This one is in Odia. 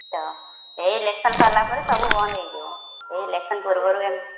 ତ ଏଇ ଇଲେକ୍ସନ୍ ସାରିଲା ପରେ ସବୁ ବନ୍ଦ ହୋଇଯିବ ଏଇ ଇଲେକ୍ସନ୍ ପୂର୍ବରୁ ଏମିତି